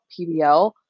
PBL